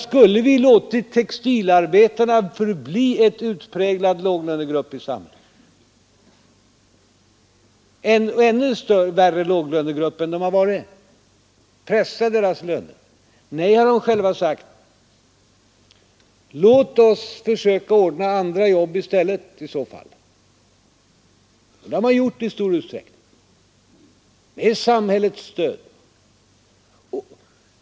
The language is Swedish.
Skulle vi ha låtit textilarbetarna förbli en Nr 144 utpräglad låglönegrupp i samhället, kanske en ännu mer utpräglad Fredagen den låglönegrupp än tidigare, och pressat deras löner? Nej, har de själva sagt, 15 december 1972 låt oss försöka ordna andra jobb i stället. Det har man gjort i stor utsträckning med samhällets stöd.